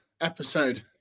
episode